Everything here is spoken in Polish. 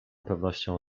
pewnością